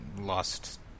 lost